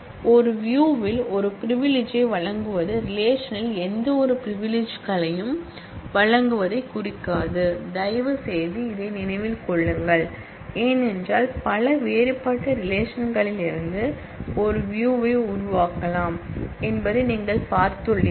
ஒரு வியூ ல் ஒரு பிரிவிலிஜ்யை வழங்குவது ரிலேஷன்ல் எந்தவொரு பிரிவிலிஜ்களையும் வழங்குவதைக் குறிக்காது தயவுசெய்து இதை நினைவில் கொள்ளுங்கள் ஏனென்றால் பல வேறுபட்ட ரிலேஷன் களிலிருந்து ஒரு வியூ உருவாகலாம் என்பதை நீங்கள் பார்த்துள்ளீர்கள்